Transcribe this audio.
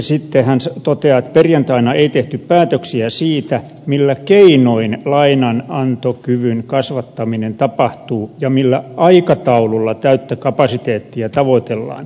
sitten hän toteaa että perjantaina ei tehty päätöksiä siitä millä keinoin lainanantokyvyn kasvattaminen tapahtuu ja millä aikataululla täyttä kapasiteettia tavoitellaan